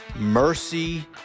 mercy